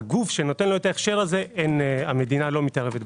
הגוף שנותן לו את ההכשר הזה המדינה לא מתערבת בזה.